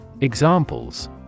Examples